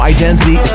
identity